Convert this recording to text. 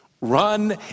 Run